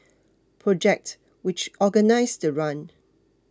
project which organised the run